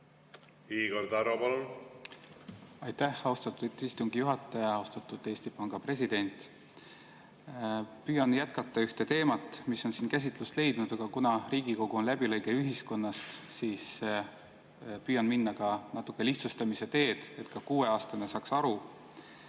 edendada? Aitäh, austatud istungi juhataja! Austatud Eesti Panga president! Püüan jätkata ühte teemat, mis on käsitlust leidnud, aga kuna Riigikogu on läbilõige ühiskonnast, siis püüan minna ka natukese lihtsustamise teed, et ka kuueaastane saaks aru.